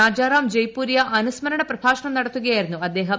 രാജാറാം ജയ്പൂരിയ അനുസ്മരണം പ്രഭാഷണം നടത്തുകയായിരുന്നു അദ്ദേഹം